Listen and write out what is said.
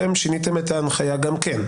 אתם שיניתם את ההנחיה גם כן.